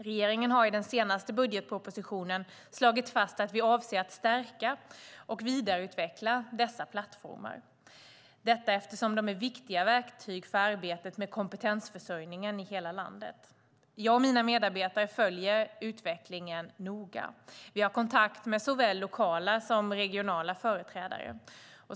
Regeringen har i den senaste budgetpropositionen slagit fast att vi avser att stärka och vidareutveckla dessa plattformar, detta eftersom de är viktiga verktyg för arbetet med kompetensförsörjningen i hela landet. Jag och mina medarbetare följer utvecklingen noga. Vi har kontakt med såväl lokala som regionala företrädare.